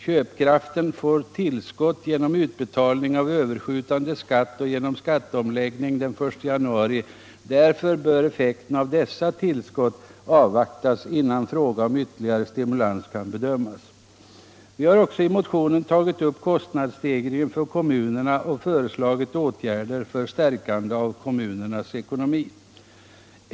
Köpkraften får tillskott genom utbetalning av överskjutande skatt och genom skatteomläggningen den 1 januari. Därför bör effekten av dessa tillskott avvaktas innan frågan om ytterligare stimulans kan bedömas. Vidare har vi i motionen tagit upp kostnadsstegringarna för kommunerna och föreslagit åtgärder för stärkande av kommunernas ekonomi.